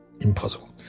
Impossible